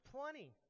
plenty